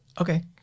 Okay